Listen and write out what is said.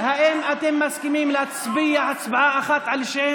האם אתם מסכימים להצביע הצבעה אחת על שני